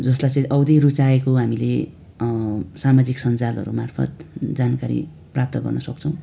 जसलाई चाहिँ औधी रुचाएको हामीले सामाजिक सञ्जालहरूमार्फत् जानकारी प्राप्त गर्न सक्छौँ